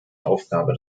aufgabe